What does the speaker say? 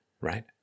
right